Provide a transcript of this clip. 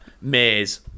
maze